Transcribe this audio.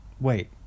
Wait